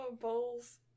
Bowls